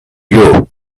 you